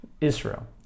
Israel